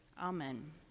Amen